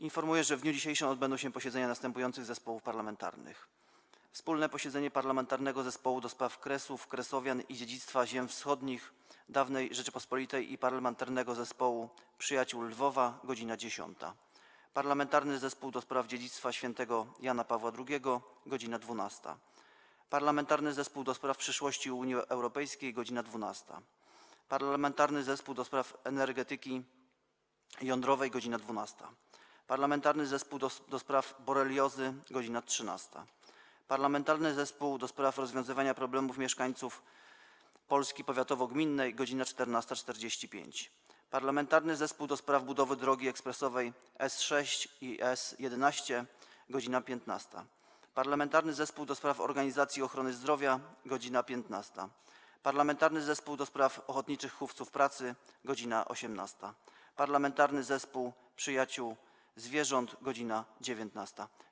Informuję, że w dniu dzisiejszym odbędą się posiedzenia następujących zespołów parlamentarnych: - wspólne posiedzenie Parlamentarnego Zespołu ds. Kresów, Kresowian i Dziedzictwa Ziem Wschodnich Dawnej Rzeczypospolitej i Parlamentarnego Zespołu Przyjaciół Lwowa - godz. 10, - Parlamentarnego Zespołu ds. Dziedzictwa Świętego Jana Pawła II - godz. 12, - Parlamentarnego Zespołu ds. przyszłości Unii Europejskiej - godz. 12, - Parlamentarnego Zespołu ds. Energetyki Jądrowej - godz. 12, - Parlamentarnego Zespołu ds. Boreliozy - godz. 13, - Parlamentarnego Zespołu ds. rozwiązywania problemów mieszkańców „Polski powiatowo-gminnej” - godz. 14.45, - Parlamentarnego Zespołu do spraw budowy dróg ekspresowych S6 i S11 - godz. 15, - Parlamentarnego Zespołu ds. Organizacji Ochrony Zdrowia - godz. 15, - Parlamentarnego Zespołu ds. Ochotniczych Hufców Pracy - godz. 18, - Parlamentarnego Zespołu Przyjaciół Zwierząt - godz. 19.